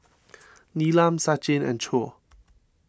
Neelam Sachin and Choor